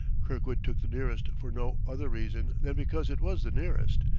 kirkwood took the nearest for no other reason than because it was the nearest,